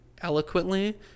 eloquently